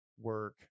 work